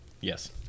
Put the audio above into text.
Yes